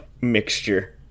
mixture